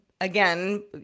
again